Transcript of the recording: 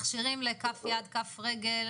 מכשירים לכף יד, כף רגל.